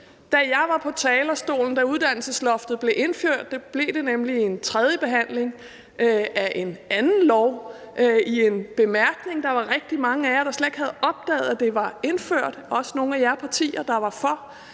Jeg var på talerstolen, da uddannelsesloftet blev indført. Det blev vedtaget ved en tredjebehandling af en anden lov via en bemærkning, og der var rigtig mange af jer, der slet ikke havde opdaget, at det var blevet indført, også nogle af jer fra de partier, der var for.